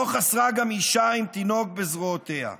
לא חסרה גם אישה עם תינוק בזרועותיה,